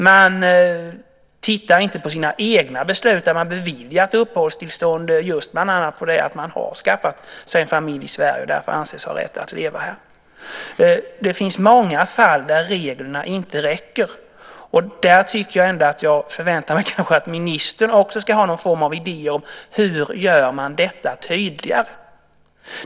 Man tittar inte på sina egna beslut där man beviljat uppehållstillstånd bland annat just utifrån att personen i fråga skaffat sig en familj i Sverige och därför anses ha rätt att leva här. Det finns många fall där reglerna inte räcker. Här förväntar jag mig kanske ändå att ministern också ska ha någon form av idé om hur man gör detta tydligare.